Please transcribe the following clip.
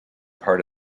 part